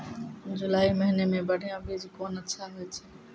जुलाई महीने मे बढ़िया बीज कौन अच्छा होय छै?